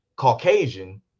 Caucasian